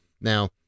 Now